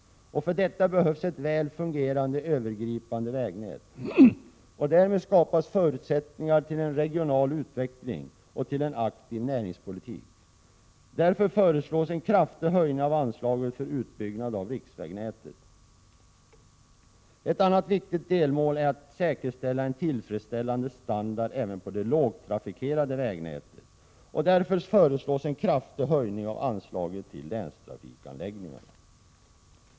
För detta behövs ett väl fungerande, övergripande vägnät. Därigenom skapas förutsättningar för en regional utveckling och för en aktiv näringspolitik. Därför föreslås en kraftig höjning av anslaget för utbyggnad av riksvägnätet. Ett annat viktigt delmål är att säkerställa en tillfredsställande standard även på det lågtrafikerade vägnätet. Därför föreslås en kraftig höjning av anslaget till länstrafikanläggningarna.